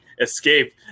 escape